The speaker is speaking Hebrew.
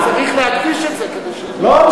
צריך להדגיש את זה, כדי, לא.